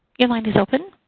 your line is open.